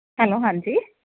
hello ਹਾਂਜੀ